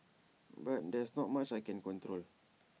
but there's not much I can control